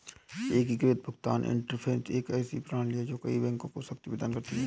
एकीकृत भुगतान इंटरफ़ेस एक ऐसी प्रणाली है जो कई बैंकों को शक्ति प्रदान करती है